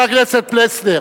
חבר הכנסת פלסנר,